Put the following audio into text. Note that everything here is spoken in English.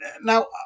Now